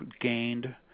gained